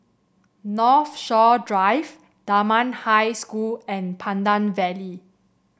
Northshore Drive Dunman High School and Pandan Valley